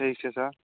ठीके छै सर